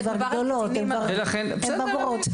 הן בוגרות.